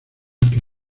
que